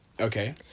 Okay